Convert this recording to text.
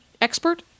expert